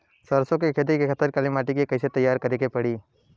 सरसो के खेती के खातिर काली माटी के कैसे तैयार करे के पड़ी?